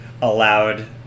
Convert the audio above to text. allowed